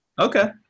Okay